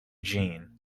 jeanne